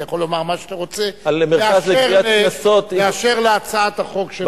אתה יכול לומר מה שאתה רוצה באשר להצעת החוק.